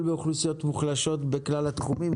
באוכלוסיות מוחלשות בכלל התחומים,